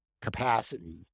capacity